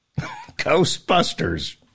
Ghostbusters